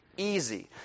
easy